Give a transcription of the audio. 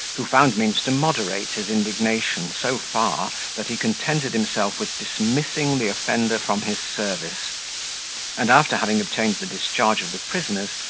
who found means to moderate his indignation so far that he contented himself with dismissing the offender from his service and after having obtained the discharge of the prisoners,